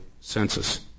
census